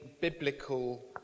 biblical